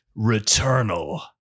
Returnal